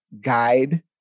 guide